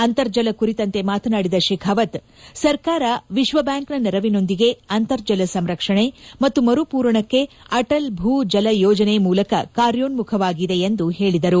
ಅಂತರ್ಜಲ ಕುರಿತಂತೆ ಮಾತನಾಡಿದ ಶೆಖಾವತ್ ಸರ್ಕಾರ ವಿಶ್ವಬ್ಯಾಂಕ್ನ ನೆರವಿನೊಂದಿಗೆ ಅಂತರ್ಜಲ ಸಂರಕ್ಷಣೆ ಮತ್ತು ಮರು ಪೂರಣಕ್ಕೆ ಅಣಲ್ ಭೂ ಜಲ ಯೋಜನೆ ಮೂಲಕ ಕಾರ್ಯೋನ್ಮುಖವಾಗಿದೆ ಎಂದು ಹೇಳಿದರು